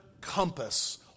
compass